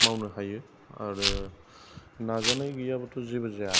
मावनो हायो आरो नाजानाय गैयाबाथ' जेबो जाया